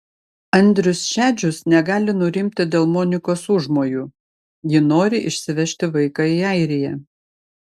andrius šedžius negali nurimti dėl monikos užmojų ji nori išsivežti vaiką į airiją